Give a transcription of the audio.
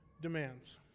demands